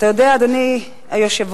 אתה יודע, אדוני היושב-ראש?